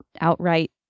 outright